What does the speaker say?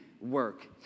work